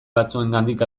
batzuengandik